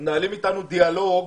דיאלוג